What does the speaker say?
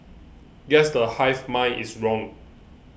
guess the hive mind is wrong